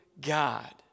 God